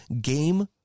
game